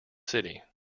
city